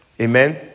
Amen